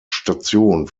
station